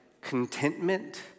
contentment